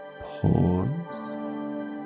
pause